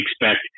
expect